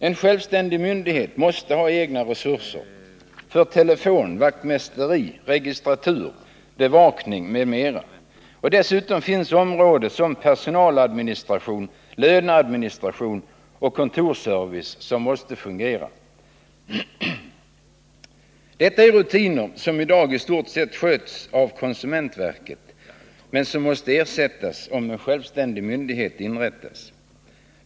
En självständig myndighet måste ha egna resurser för telefon, vaktmästeri, registratur, bevakning m.m. Dessutom finns områden som personaladministration, löneadministration och kontorsservice som måste fungera. Detta är rutiner som i dag i stort sett sköts av konsumentverket men som måste ersättas om en självständig myndighet inrättas.